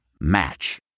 Match